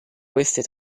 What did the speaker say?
queste